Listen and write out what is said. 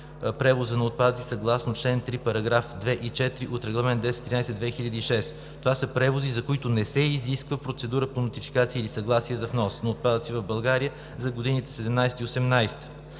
превоза на отпадъци, съгласно чл. 3, § 2 и § 4 от Регламент № 1013/2006 г. Това са превози, за които не се изисква процедура по нотификация или съгласие за внос на отпадъци в България за годините 2017 – 2018